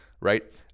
right